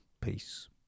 peace